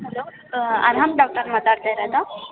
hello Arham doctor ಮಾತಾಡ್ತಾ ಇರದಾ